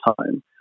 time